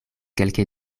kelke